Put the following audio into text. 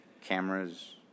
cameras